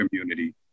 community